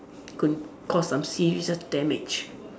could cause some serious damage